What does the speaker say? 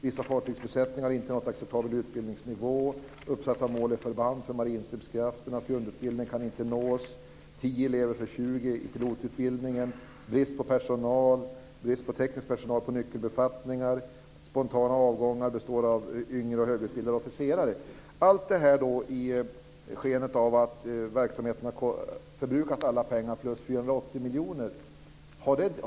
Vissa fartygsbesättningar har inte nått acceptabel utbildningsnivå. Uppsatta mål i förband för marinstridskrafternas grundutbildning kan inte nås. Det har varit 10 elever i stället för 20 i pilotutbildningen. Det har varit brist på teknisk personal på nyckelbefattningar. Det har varit spontana avgångar bestående av yngre och högutbildade officerare. Allt detta har skett på grund av att verksamheten har förbrukat alla pengar plus 480 miljoner.